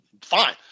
fine